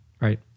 right